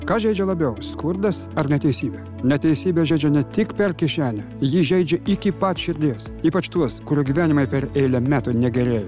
kas žeidžia labiau skurdas ar neteisybė neteisybė žeidžia ne tik per kišenę ji įžeidžia iki pat širdies ypač tuos kurių gyvenimai per eilę metų negerėjo